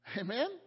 Amen